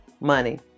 money